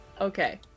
Okay